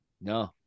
No